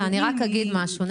אני רק אגיד משהו.